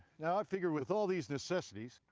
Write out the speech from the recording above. now i figure with all these necessities,